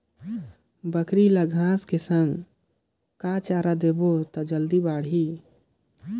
बकरी ल घांस के संग कौन चारा देबो त जल्दी बढाही?